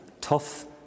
tough